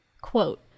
Quote